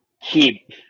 keep